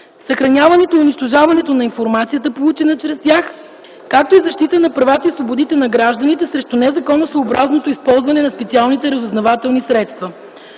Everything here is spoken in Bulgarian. съхраняването и унищожаването на информацията, получена чрез тях, както и защита на правата и свободите на гражданите срещу незаконосъобразното използване на специалните разузнавателни средства.